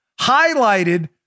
highlighted